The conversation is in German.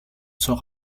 zur